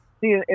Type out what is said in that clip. See